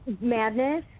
madness